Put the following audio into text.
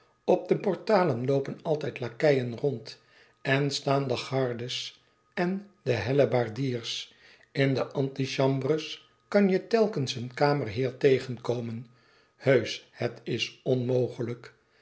op de portalen loopen altijd lakeien rond en staan de gardes en de hellebaardiers in de antichambres kan je telkens een kamerheer tegenkomen heusch het is onmogelijk